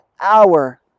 hour